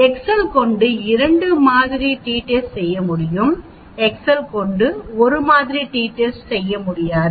Excel கொண்டு இரண்டு மாதிரி டி டெஸ்ட் செய்ய முடியும் எக்ஸெல் கொண்டு ஒரு மாதிரி டி டெஸ்ட் செய்ய முடியாது